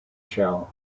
shell